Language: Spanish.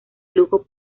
lujo